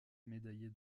médaillée